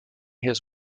his